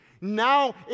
now